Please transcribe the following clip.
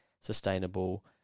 sustainable